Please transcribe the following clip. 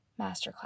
masterclass